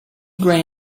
grey